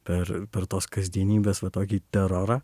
per per tos kasdienybės va tokį terorą